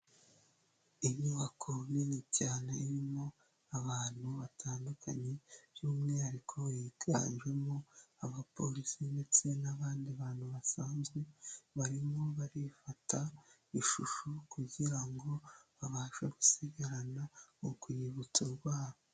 Inyubako nini cyane irimo abantu batandukanye by'umwihariko higanjemo abapolisi ndetse n'abandi bantu basanzwe barimo barifata ishusho kugira ngo babashe gusigarana urwibutso rwabo